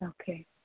Okay